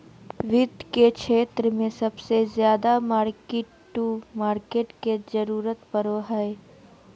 वित्त के क्षेत्र मे सबसे ज्यादा मार्किट टू मार्केट के जरूरत पड़ो हय